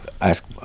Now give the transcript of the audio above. ask